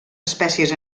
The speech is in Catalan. espècies